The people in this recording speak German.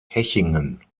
hechingen